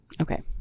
Okay